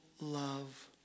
love